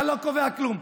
אתה לא קובע כלום.